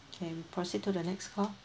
can proceed to the next call